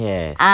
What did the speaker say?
Yes